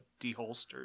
deholstered